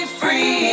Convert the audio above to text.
free